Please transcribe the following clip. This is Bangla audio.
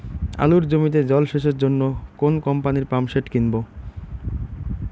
আলুর জমিতে জল সেচের জন্য কোন কোম্পানির পাম্পসেট কিনব?